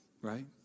Right